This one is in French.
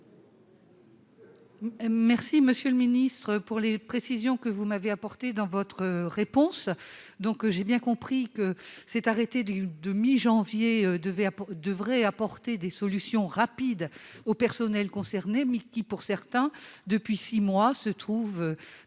Merci monsieur le ministre pour les précisions que vous m'avez apporté dans votre réponse, donc j'ai bien compris que cet arrêté du de mi-janvier devait devrait apporter des solutions rapides aux personnels concernés mais qui, pour certains depuis 6 mois, se trouvent